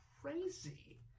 crazy